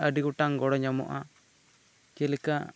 ᱟᱹᱰᱤ ᱜᱚᱴᱟᱝ ᱜᱚᱲᱚ ᱧᱟᱢᱚᱜᱼᱟ ᱡᱮ ᱞᱮᱠᱟ